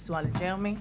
נשואה לג'רמי.